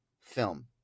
film